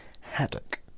Haddock